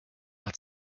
hat